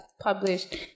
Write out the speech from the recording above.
published